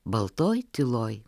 baltoj tyloj